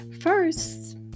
first